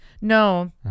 no